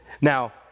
Now